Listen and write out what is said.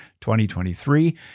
2023